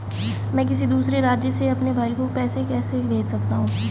मैं किसी दूसरे राज्य से अपने भाई को पैसे कैसे भेज सकता हूं?